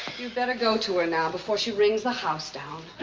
you'd better go to her now before she rings the house down.